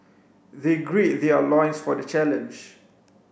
they gird their loins for the challenge